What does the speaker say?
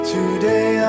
Today